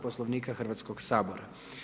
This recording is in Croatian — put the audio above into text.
Poslovnika Hrvatskog sabora.